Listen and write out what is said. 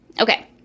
okay